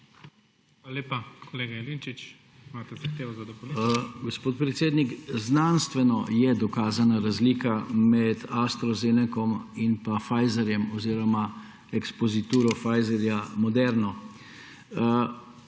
Gospod predsednik, znanstveno je dokazana razlika med AstroZeneco in Pfizerjem oziroma ekspozituro Pfizerja Moderno.